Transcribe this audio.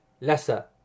lesser